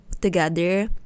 together